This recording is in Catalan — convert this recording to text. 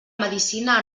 medicina